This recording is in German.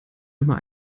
immer